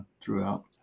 throughout